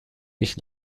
ich